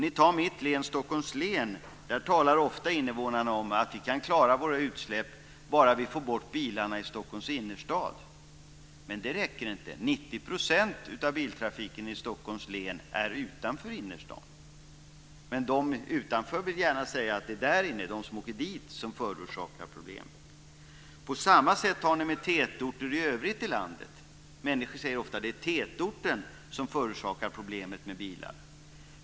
I mitt län, Stockholms län, talar invånarna ofta om att utsläppen kan klaras bara bilarna i Stockholms innerstad tas bort. Det räcker inte. 90 % av biltrafiken i Stockholms län är utanför innerstaden. De utanför vill gärna säga att det är de som åker i innerstaden som förorsakar problemen. På samma sätt är det med tätorter i övrigt i landet. Människor säger ofta att det är tätorten som förorsakar problemet med bilar.